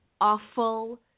awful